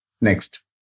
Next